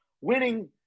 winning